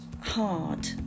hard